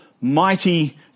Mighty